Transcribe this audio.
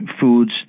foods